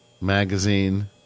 magazine